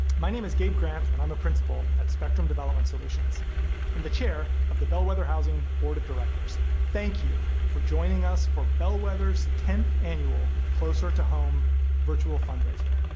my name is gabe grant and i'm a principal at spectrum development solutions and the chair of the bellwether housing board of directors. thank you for joining us for bellwether's tenth annual closer to home virtual fundraiser.